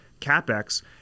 CapEx